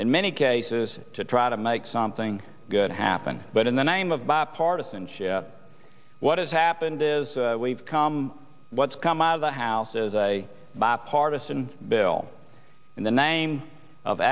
in many cases to try to make something good happen but in the name of bipartisanship what has happened is we've come what's come out of the house is a bipartisan bill in the name of